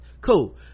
Cool